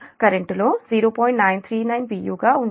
u గా ఉంటుంది